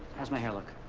how's my hair look?